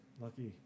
Lucky